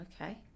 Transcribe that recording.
okay